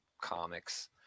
comics